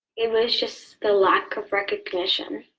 it was just the lack of recognition.